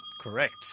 Correct